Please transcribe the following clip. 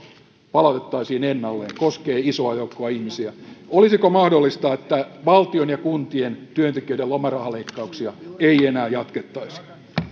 palautettaisiin ennalleen koskee isoa joukkoa ihmisiä olisiko mahdollista että valtion ja kuntien työntekijöiden lomarahaleikkauksia ei enää jatkettaisi